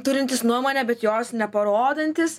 turintis nuomonę bet jos neparodantis